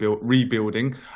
rebuilding